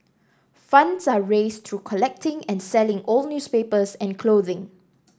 funds are raised through collecting and selling old newspapers and clothing